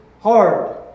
hard